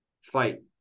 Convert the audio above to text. fight